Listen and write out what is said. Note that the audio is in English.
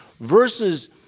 versus